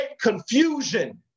confusion